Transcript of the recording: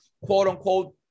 quote-unquote